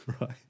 Right